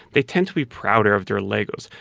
they tend to be prouder of their legos.